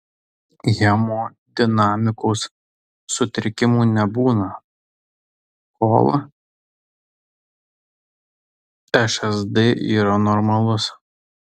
hemodinamikos sutrikimų nebūna kol šsd yra normalus